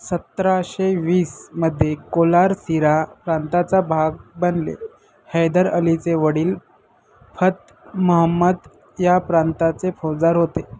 सतराशे वीसमध्ये कोलार सिरा प्रांताचा भाग बनले हैदर अलीचे वडील फत महम्मद या प्रांताचे फौजदार होते